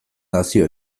nazio